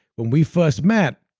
when we first met,